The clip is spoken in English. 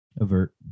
Avert